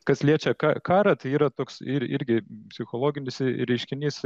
kas liečia ka karą tai yra toks ir irgi psichologinis reiškinys